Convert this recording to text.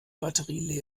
batterie